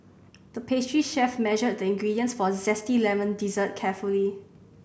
the pastry chef measured the ingredients for a zesty lemon dessert carefully